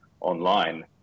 online